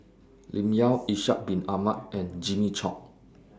Lim Yau Ishak Bin Ahmad and Jimmy Chok